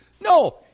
No